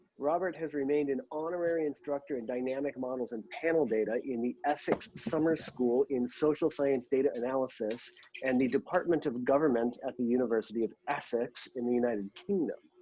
robert has remained an honorary instructor in dynamic models and panel data in the essex summer school in social science data analysis and the department of government at the university of essex in the united kingdom.